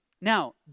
Now